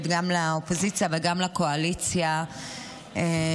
גם לאופוזיציה וגם לקואליציה שהייתה היום,